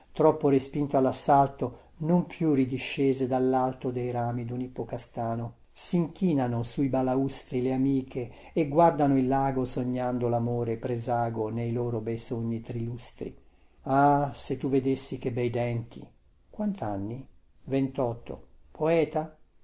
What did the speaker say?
troppo respinto allassalto non più ridiscese dallalto dei rami dun ippocastano sinchinano sui balaustri le amiche e guardano il lago sognando lamore presago nei loro bei sogni trilustri ah se tu vedessi che bei denti quantanni ventotto poeta